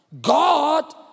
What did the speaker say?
God